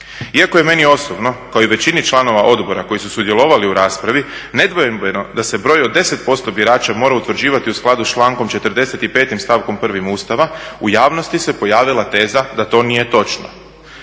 Iako je meni osobno kao i većini članova odbora koji su sudjelovali u raspravi nedvojbeno da se broj od 10% birača mora utvrđivati u skladu s člankom 45., stavkom 1. Ustava, u javnosti se pojavila teza da to nije točno.